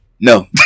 No